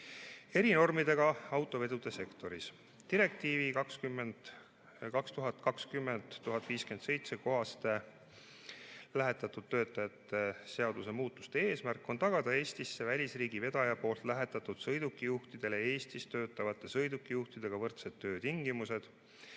erinormidega autovedude sektoris. Direktiivi 2020/1057 kohaste [Eestisse] lähetatud töötajate [töötingimuste] seaduse muudatuste eesmärk on tagada Eestisse välisriigi vedaja poolt lähetatud sõidukijuhtidele Eestis töötavate sõidukijuhtidega võrdsed töötingimused